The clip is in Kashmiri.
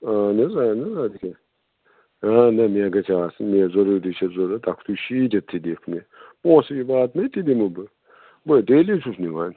اہن حظ اہن حظ اَدٕ کیٛاہ نَہ نَہ مےٚ گژھہِ آسٕنۍ مےٚ ضروٗری چھِ ضروٗرت اکھتُے شیٖرِتھ تہِ دِکھ مےٚ پونٛسہٕ یہِ واتنٔے تہِ دِمہٕ بہٕ بٔے ڈیلی چھُس نِوان